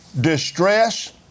distress